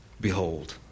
behold